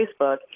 Facebook